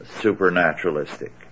supernaturalistic